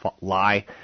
lie